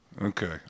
Okay